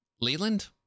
Leland